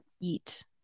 Eat